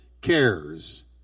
cares